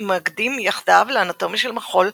המאגדים יחדיו ל”אנטומיה של מחול”